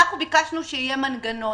אנחנו ביקשנו שיהיה מנגנון.